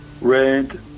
red